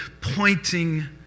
pointing